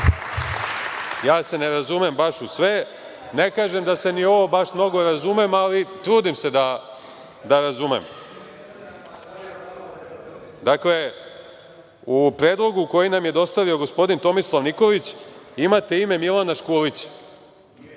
Ja se ne razumem baš u sve, ne kažem ni da se baš i u ovo mnogo razumem, ali trudim se da razumem. Dakle, u predlogu koji nam je dostavio gospodin Tomislav Nikolić, imate ime Milana Škulića.